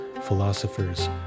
philosophers